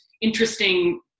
interesting